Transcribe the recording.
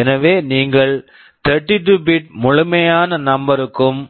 எனவே நீங்கள் 32 bit bit முழுமையான நம்பர் number க்கும்